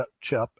Chip